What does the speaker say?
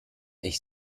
ich